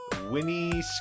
winnie